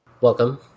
Welcome